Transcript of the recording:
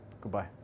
Goodbye